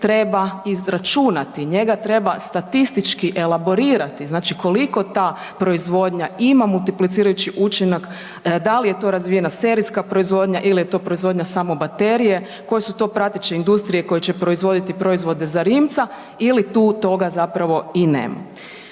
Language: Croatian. treba izračunati. Njega treba statistički elaborirati znači koliko ta proizvodnja ima multiplicirajući učinak, da li je to razvijena serijska proizvodnja ili je to proizvodnja samo baterije, koje su to prateće industrije koje će proizvoditi proizvode za Rimca ili tu toga zapravo i nema.